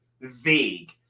vague